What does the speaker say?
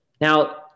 Now